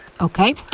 Okay